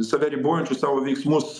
save ribojančius savo veiksmus